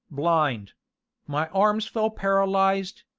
blind my arms fell paralyzed,